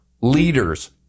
leaders